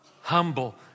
humble